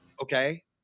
okay